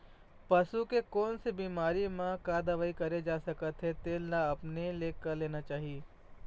पसू के कोन से बिमारी म का दवई करे जा सकत हे तेन ल अपने ले कर लेना चाही